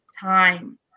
time